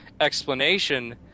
explanation